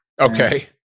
okay